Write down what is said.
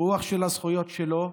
קיפוח של הזכויות שלו,